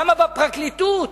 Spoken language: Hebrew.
כמה בפרקליטות?